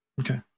Okay